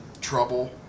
trouble